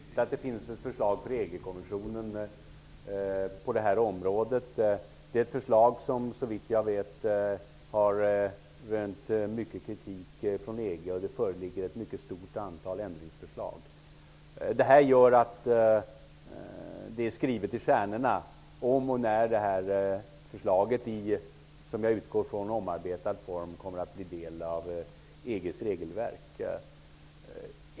Herr talman! Det är riktigt att det finns ett förslag från EG-kommissionen på det här området. Det är ett förslag som, såvitt jag vet, har rönt mycken kritik från EG, och det föreligger ett stort antal ändringsförslag. Det här gör att det är skrivet i stjärnorna om och när förslaget kommer att bli en del av EG:s regelverk -- jag utgår från att det i så fall är omarbetat.